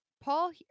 Paul